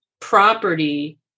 property